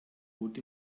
rot